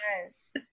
Yes